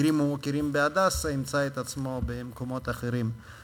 מכירים ומוקירים ב"הדסה" ימצא את עצמו במקומות אחרים,